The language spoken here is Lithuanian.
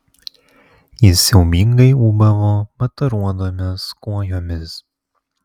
jis siaubingai ūbavo mataruodamas kojomis